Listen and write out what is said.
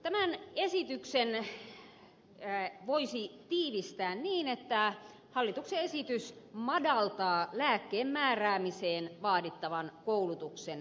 tämän esityksen voisi tiivistää niin että hallituksen esitys madaltaa lääkkeen määräämiseen vaadittavan koulutuksen tasoa